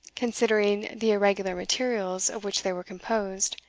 considering the irregular materials of which they were composed,